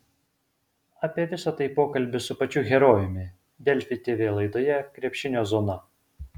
apie visa tai pokalbis su pačiu herojumi delfi tv laidoje krepšinio zona